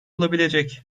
olabilecek